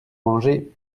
mangé